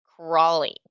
crawling